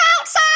outside